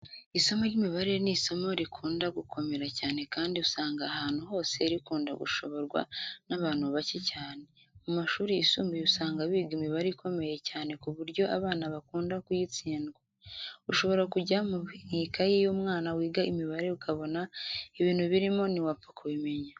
Isomo ry'imibare ni isomo rikunda gukomera cyane kandi usanga ahantu hose rikunda gushoborwa n'abantu bake cyane. Mu mashuri yisumbuye usanga biga imibare ikomeye cyane ku buryo abana bakunda kuyitsindwa. Ushobora kujya mu ikayi y'umwana wiga imibare ukabona ibintu birimo ntiwapfa kubimenya.